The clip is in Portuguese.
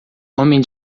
homem